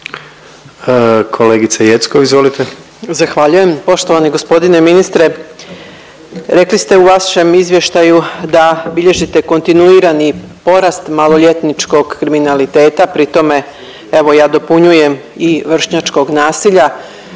Dragana (SDSS)** Zahvaljujem. Poštovani g. ministre, rekli ste u vašem izvještaju da bilježite kontinuirani porast maloljetničkog kriminaliteta, pri tome evo ja dopunjujem i vršnjačkog nasilja.